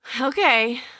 Okay